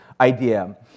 idea